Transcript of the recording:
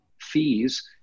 fees